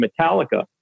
Metallica